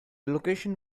location